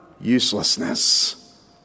uselessness